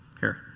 here.